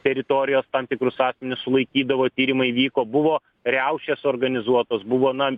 teritorijos tam tikrus asmenis sulaikydavo tyrimai vyko buvo riaušės suorganizuotos buvo na